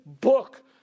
book